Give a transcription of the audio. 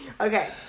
Okay